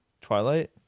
Twilight